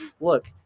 look